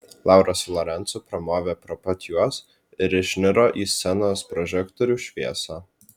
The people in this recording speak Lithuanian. laura su lorencu pramovė pro pat juos ir išniro į scenos prožektorių šviesą